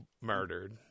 murdered